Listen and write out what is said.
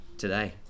today